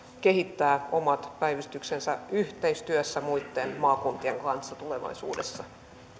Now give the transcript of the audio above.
kehittää omat päivystyksensä yhteistyössä muitten maakuntien kanssa tulevaisuudessa